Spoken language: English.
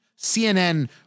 CNN